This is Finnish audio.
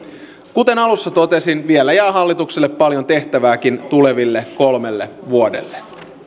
kuten alussa totesin vielä jää hallitukselle paljon tehtävääkin tuleville kolmelle vuodelle